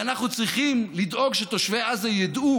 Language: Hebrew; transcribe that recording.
ואנחנו צריכים לדאוג שתושבי עזה ידעו